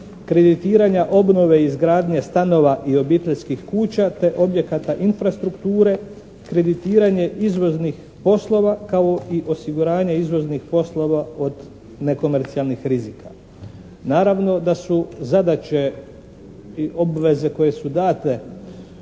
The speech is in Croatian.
kreditiranja obnove i izgradnje stanova i obiteljskih kuća te objekata infrastrukture, kreditiranje izvoznih poslova kao i osiguranje izvoznih poslova od nekomercijalnih rizika. Naravno da su zadaće i obveze koje su date